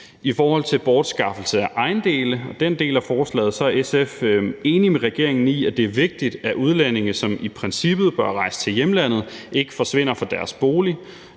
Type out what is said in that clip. af forslaget om bortskaffelse af ejendele er SF enig med regeringen i, at det er vigtigt, at udlændinge, som i princippet bør rejse til hjemlandet, ikke forsvinder fra deres bolig.